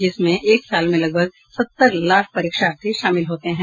जिसमें एक साल में लगभग सत्तर लाख परीक्षार्थी शामिल होते हैं